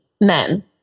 men